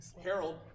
Harold